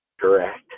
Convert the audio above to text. Correct